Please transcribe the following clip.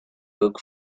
book